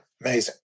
Amazing